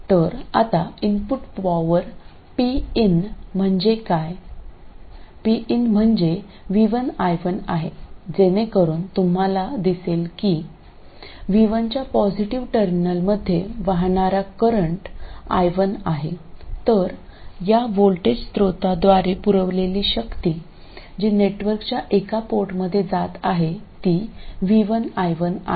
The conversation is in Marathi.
तर आता इनपुट पॉवर Pin म्हणजे काय Pin म्हणजे v1 i1आहे जेणेकरुन तुम्हाला दिसेल की v1 च्या पॉझिटिव्ह टर्मिनलमध्ये वाहणारा करंट i1 आहे तर या व्होल्टेज स्त्रोताद्वारे पुरविलेली शक्ती जी नेटवर्कच्या एका पोर्टमध्ये जात आहे ती v1 i1 आहे